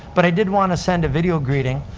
but, i did want to send a video greeting,